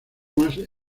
más